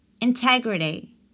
Integrity